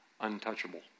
untouchable